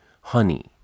honey